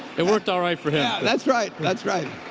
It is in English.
it worked all right for him. yeah, that's right, that's right.